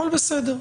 הכול בסדר,